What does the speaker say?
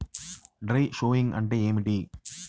Dry sowing అంటే ఏమిటి?